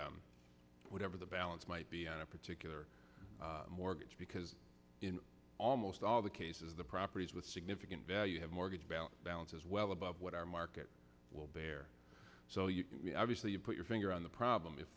the whatever the balance might be on a particular mortgage because in almost all the cases the properties with significant value have mortgage balance as well above what our market will bear so you obviously you put your finger on the problem if